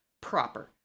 proper